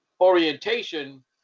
orientation